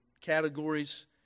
categories